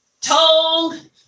told